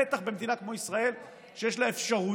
ובטח במדינה כמו ישראל, שיש לה אפשרויות